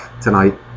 tonight